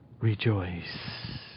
rejoice